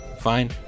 Fine